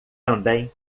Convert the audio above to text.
também